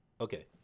okay